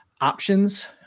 options